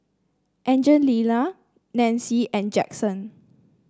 Angelina Nancie and Jaxson